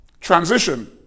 transition